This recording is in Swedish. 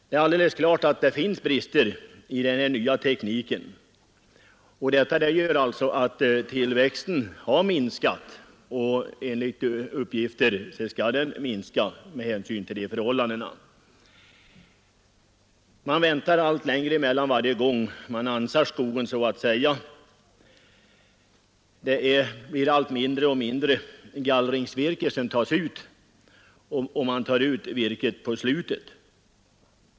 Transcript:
Det är alldeles klart att det finns brister i den nya skogsvårdstekniken, och enligt uppgift lär tillväxten ha minskat. Man väntar allt längre mellan de tillfällen då man så att säga ansar skogen. Allt mindre och mindre gallringsvirke tas ut. Man tar ut virket så sent som möjligt.